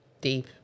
Deep